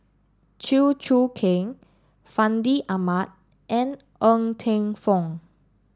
Chew Choo Keng Fandi Ahmad and Ng Teng Fong